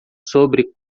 sobre